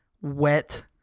wet